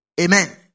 Amen